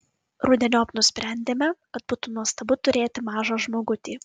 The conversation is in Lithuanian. rudeniop nusprendėme kad būtų nuostabu turėti mažą žmogutį